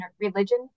religion